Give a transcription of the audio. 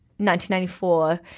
1994